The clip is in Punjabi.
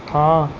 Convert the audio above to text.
ਹਾਂ